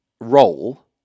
role